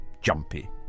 jumpy